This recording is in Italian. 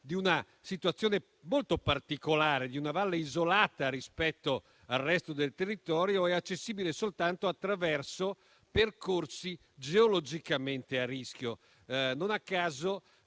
di una situazione molto particolare di una valle isolata rispetto al resto del territorio e accessibile soltanto attraverso percorsi geologicamente a rischio. Non a caso,